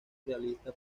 realista